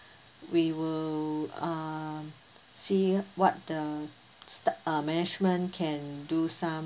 we will um see what the stuc~ uh management can do some